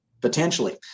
Potentially